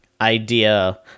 idea